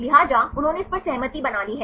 लिहाजा उन्होंने इस पर सहमति बना ली है